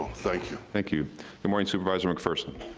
thank you. thank you good morning supervisor mcpherson.